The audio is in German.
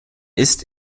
ist